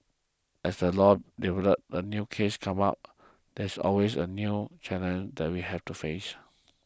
as the law develops as new cases come up there are always new challenges that we have to face